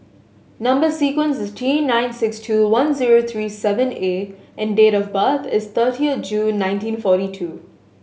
number sequence is T nine six two one zero three seven A and date of birth is thirtieth June nineteen forty two